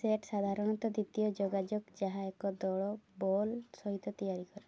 set ସାଧାରଣତଃ ଦ୍ୱିତୀୟ ଯୋଗାଯୋଗ ଯାହା ଏକ ଦଳ ବଲ୍ ସହିତ ତିଆରି କରେ